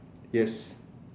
yes